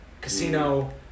Casino